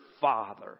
Father